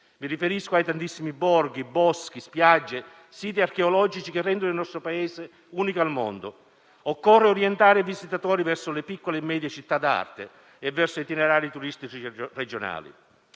Mi riferisco ai tantissimi borghi, boschi, spiagge, siti archeologici che rendono il nostro Paese unico al mondo. Occorre orientare i visitatori verso le piccole e medie città d'arte e verso itinerari turistici regionali.